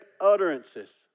utterances